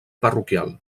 parroquial